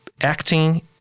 acting